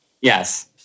yes